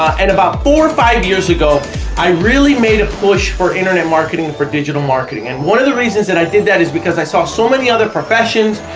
and about four or five years ago i really mad a push for internet marketing for digital marketing and one of the reasons that i did that is because i saw so many other professions,